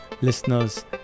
listeners